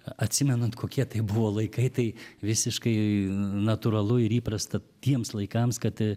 atsimenant kokie tai buvo laikai tai visiškai natūralu ir įprasta tiems laikams kad